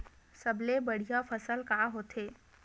सबले बढ़िया फसल का होथे?